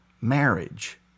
marriage